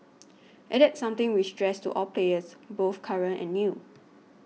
and that's something we stress to all players both current and new